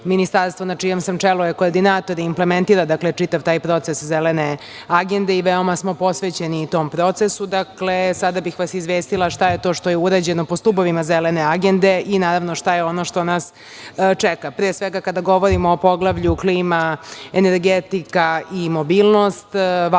na čijem sam čelu je koordinator i implementira čitav taj proces zelene agende i veoma smo posvećeni tom procesu. Sada bih vas izvestila šta je to što je urađeno po stubovima zelene agende i naravno šta je ono što nas čeka pre svega kada govorimo o poglavlju klima, energetika i mobilnost. Važan